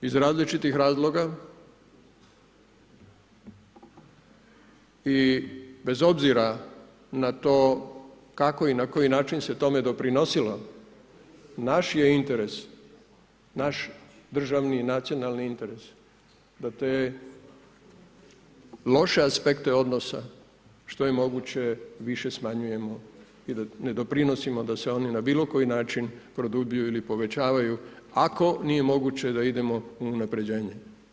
Iz različitih razloga i bez obzira na to kako i na koji način se tome doprinosilo, naš je interes naš državni i nacionalni interes da te loša aspekte odnosa što je moguće više smanjujemo i ne doprinosimo da se oni na bilo koji način produbljuju ili povećavaju ako nije moguće da idemo u naređenje.